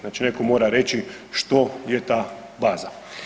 Znači neko mora reći što je ta baza.